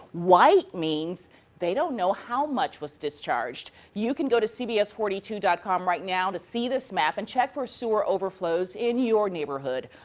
white means they don't know how much was discharged. you can go to cbs forty two dot com right now to see this map and check for sewer overflows in your neighborhood.